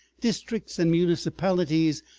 districts and municipalities,